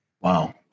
Wow